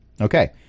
okay